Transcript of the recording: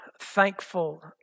thankful